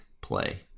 play